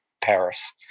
Paris